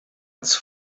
its